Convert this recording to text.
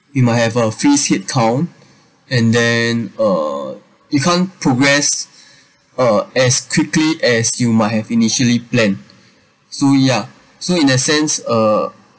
freeze head count and then uh you can't progress uh as quickly as you might have initially planned so ya so in a sense uh